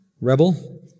rebel